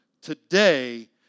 today